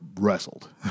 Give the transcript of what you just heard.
wrestled